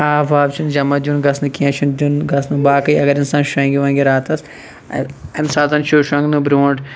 آب واب چھُنہٕ جَمَع دیُن گَژھنہٕ کینٛہہ چھُنہٕ دیُن گَژھنہٕ باقٕے اَگَر اِنسان شۄنگہِ وۄنٛگہِ راتَس امہِ ساتہٕ چھُ شۄنٛگنہٕ برونٛٹھ